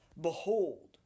Behold